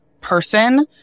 person